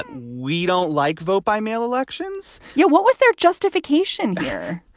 but we don't like vote by mail elections. yeah. what was their justification here?